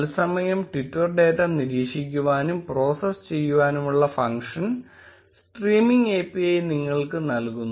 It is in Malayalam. തത്സമയം ട്വിറ്റർ ഡേറ്റ നിരീക്ഷിക്കുവാനും പ്രോസസ്സ് ചെയ്യുവാനുമുള്ള ഫങ്ക്ഷൻ സ്ട്രീമിങ് API നിങ്ങൾക്ക് നൽകുന്നു